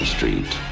Street